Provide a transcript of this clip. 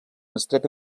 estreta